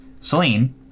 Celine